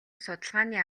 судалгааны